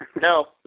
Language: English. No